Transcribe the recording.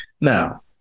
now